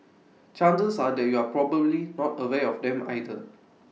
chances are that you're probably not aware of them either